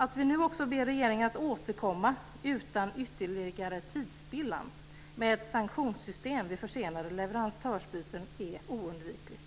Att vi nu också ber regeringen att återkomma utan ytterligare tidsspillan med ett sanktionssystem vid försenade leverantörsbyten är oundvikligt.